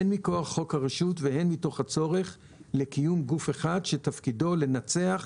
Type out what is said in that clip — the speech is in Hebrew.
הן מכוח חוק הרשות והן מתוך הצורך לקיום גוף אחד שתפקידו לנצח,